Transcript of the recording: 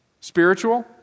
spiritual